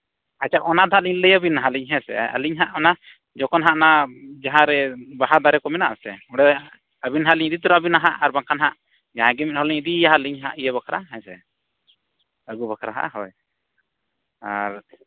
ᱟᱪᱪᱷᱟ ᱚᱱᱟ ᱫᱚ ᱱᱟᱦᱟᱜ ᱞᱤᱧ ᱞᱟᱹᱭ ᱟᱹᱵᱤᱱᱟ ᱦᱟᱸᱜ ᱦᱮᱸ ᱥᱮ ᱟᱹᱞᱤᱧ ᱦᱟᱸᱜ ᱚᱱᱟ ᱡᱚᱠᱷᱚᱱ ᱦᱟᱸᱜ ᱚᱱᱟ ᱡᱟᱦᱟᱸ ᱨᱮ ᱵᱟᱦᱟ ᱫᱟᱨᱮ ᱠᱚ ᱢᱮᱱᱟᱜ ᱟᱥᱮ ᱚᱸᱰᱮ ᱟᱹᱵᱤᱱ ᱦᱟᱸᱜ ᱞᱤᱧ ᱤᱫᱤ ᱛᱚᱨᱟ ᱵᱤᱱᱟ ᱦᱟᱸᱜ ᱟᱨ ᱵᱟᱝᱠᱷᱟᱱ ᱦᱟᱜ ᱡᱟᱦᱟᱸᱭ ᱜᱮ ᱢᱤᱫ ᱦᱚᱲ ᱞᱤᱧ ᱤᱫᱤᱭᱟ ᱦᱟᱸᱜ ᱟᱹᱞᱤᱧ ᱤᱭᱟᱹ ᱵᱟᱠᱷᱨᱟ ᱦᱮᱸ ᱥᱮ ᱟᱹᱜᱩ ᱵᱟᱠᱷᱨᱟ ᱦᱳᱭ ᱟᱨ